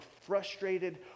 frustrated